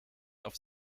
auf